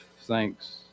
thanks